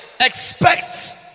Expect